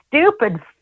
stupid